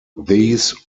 these